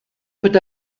peut